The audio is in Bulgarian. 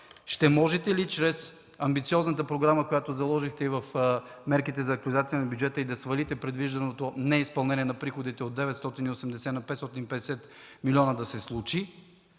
ще можете ли чрез амбициозната програма, която заложихте и в мерките за актуализация на бюджета, да свалите предвижданото неизпълнение на приходите от 980 на 550 милиона да се случи?